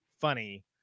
funny